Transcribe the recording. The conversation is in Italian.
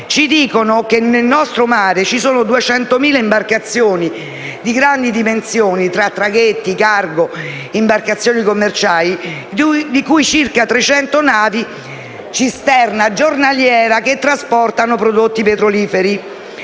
dicono che nel nostro mare ci sono 200.000 imbarcazioni di grandi dimensioni, tra traghetti, cargo e imbarcazioni commerciali, di cui circa 300 navi cisterna che giornalmente trasportano prodotti petroliferi.